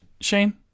shane